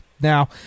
Now